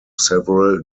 several